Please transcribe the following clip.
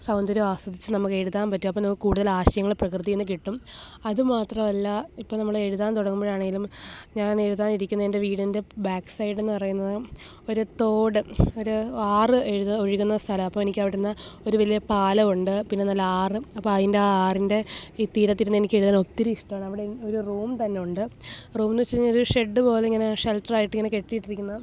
സൗന്ദര്യം ആസ്വദിച്ച് നമുക്ക് എഴുതാൻ പറ്റും അപ്പം നമുക്ക് കൂടുതൽ ആശയങ്ങൾ പ്രകൃതിയിൽ നിന്ന് കിട്ടും അതുമാത്രവല്ല ഇപ്പം നമ്മൾ എഴുതാൻ തുടങ്ങുമ്പോഴാണെങ്കിലും ഞാനെഴുതാനിരിക്കുന്ന എന്റെ വീടിന്റെ ബാക്ക് സൈഡ് എന്ന് പറയുന്നത് ഒര് തോട് ഒര് ആറ് എഴ്ത് ഒഴുകുന്ന സ്ഥലമാണ് അപ്പം എനിക്ക് അവിടന്ന് ഒരു വലിയ പാലമുണ്ട് പിന്നെ നല്ല ആറും അപ്പം അതിന്റ് ആ ആറിന്റെ തീരത്തിരുന്നെനിക്കെഴുതാനൊത്തിരി ഇഷ്ടവാണ് അവിടെ ഒര് റൂം തന്നെ ഉണ്ട് റൂമെന്ന് വെച്ച് കഴിഞ്ഞാൽ ഒരു ഷെഡ് പോലെ ഇങ്ങനെ ഷെല്ട്ട്രായിട്ടിങ്ങനെ കെട്ടിയിട്ടിരിക്കുന്ന